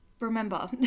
remember